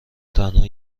تنها